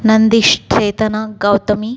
Nandish Chetana Gautami